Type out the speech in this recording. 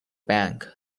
bank